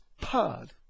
Pod